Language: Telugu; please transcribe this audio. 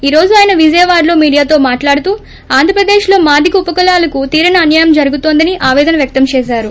ఈ రోజు ఆయన విజయవాడ లో మీడియాతో మాట్లాడుతూ ఆంధ్రప్రదేశ్ లో మాదిగ ఉపకులాలకు తీరని అన్యాయం జరుగుతోందని ఆపేదన వ్యక్తం చేసారు